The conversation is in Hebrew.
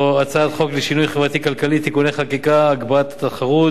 הצעת חוק לשינוי חברתי-כלכלי (תיקוני חקיקה) (הגברת התחרות),